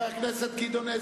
הסתייגות חבר הכנסת חסון: